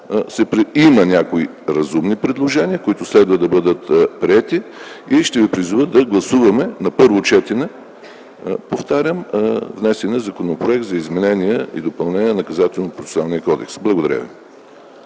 има някои разумни предложения, които следва да бъдат приети и ще ви призова на гласуваме на първо четене внесения Законопроект за изменение и допълнение на Наказателно-процесуалния кодекс. Благодаря ви.